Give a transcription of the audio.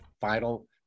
final